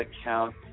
account